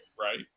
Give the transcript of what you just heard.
right